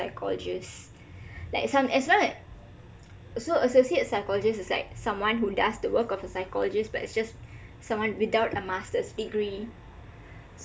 like like some as long so associates are is like someone who does a work of a psychologists but is just someone wihtout a masters degree